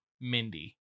mindy